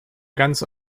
ganze